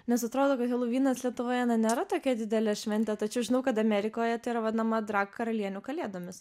nes atrodo kad helovynas lietuvoje na nėra tokia didelė šventė tačiau žinau kad amerikoje tai yra vadinama karalienių kalėdomis